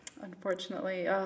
Unfortunately